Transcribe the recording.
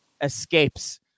escapes